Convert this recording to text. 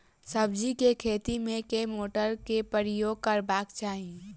सब्जी केँ खेती मे केँ मोटर केँ प्रयोग करबाक चाहि?